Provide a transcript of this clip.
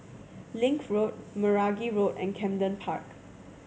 Link Road Meragi Road and Camden Park